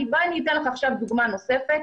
אני אתן לך דוגמה נוספת: